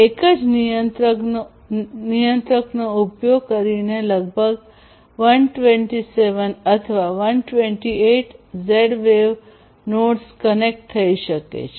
એક જ નિયંત્રકનો ઉપયોગ કરીને લગભગ 127 અથવા 128 ઝેડ વેવ નોડ્સ કનેક્ટ થઈ શકે છે